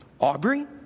Aubrey